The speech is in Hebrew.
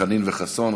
חנין וחסון.